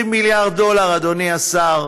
20 מיליארד דולר, אדוני השר,